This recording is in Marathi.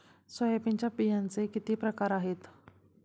सोयाबीनच्या बियांचे किती प्रकार आहेत?